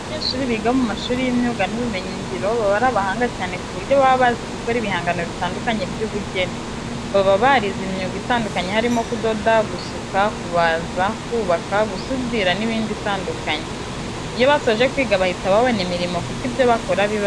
Abanyeshuri biga mu mashuri y'imyuga n'ubumenyingiro baba ari abahanga cyane ku buryo baba bazi gukora ibihangano bitandukanye by'ubugeni. Baba barize imyuga itandukanye harimo kudoda , gusuka, kubaza, kubaka, gusudira n'indi itandukanye. Iyo basoje kwiga bahita babona imirimo kuko ibyo bakora biba bikenewe.